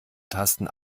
tasten